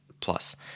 plus